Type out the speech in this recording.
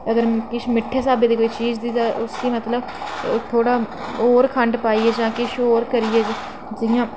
ते किश अगर मिट्ठे स्हाबै दी चीज़ उसी मतलब थोह्ड़ा होर खंड पाइयै जां किश होर करियै जियां